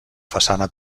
façana